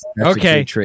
okay